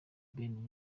ben